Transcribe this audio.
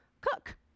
cook